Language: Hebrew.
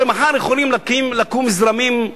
הרי מחר יכולים לקום זרמים,